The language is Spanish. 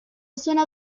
suena